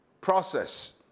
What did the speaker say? process